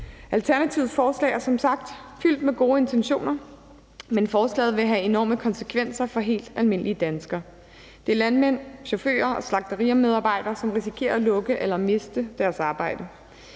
Alternativets forslag er som sagt fyldt med gode intentioner, men forslaget vil have enorme konsekvenser for helt almindelige danskere. Det er landmænd, chauffører og slagterimedarbejdere, som risikerer at lukke eller miste deres arbejde.